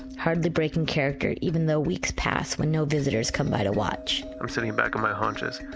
hardly breaking character, even though weeks pass when no visitors come by to watch i'm sitting back on my haunches,